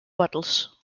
bottles